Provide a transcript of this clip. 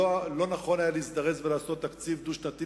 נכון היה להזדרז ולעשות תקציב דו-שנתי,